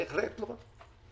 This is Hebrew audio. בהחלט לא.